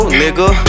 nigga